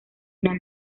una